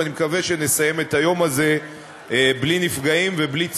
אני מקווה שנסיים את היום הזה בלי נפגעים ובלי צורך,